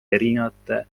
erinevate